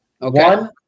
one